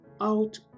out